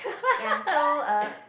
ya so uh